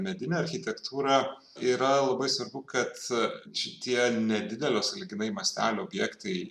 medinę architektūrą yra labai svarbu kad šitie nedidelio sąlyginai mastelio objektai